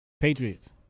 Patriots